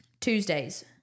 Tuesdays